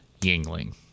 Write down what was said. yingling